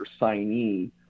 signee